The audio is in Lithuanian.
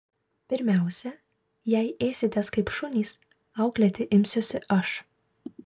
pirmiausia jei ėsitės kaip šunys auklėti imsiuosi aš